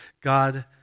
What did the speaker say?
God